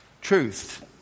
truth